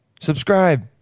subscribe